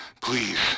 please